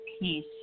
peace